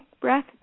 breath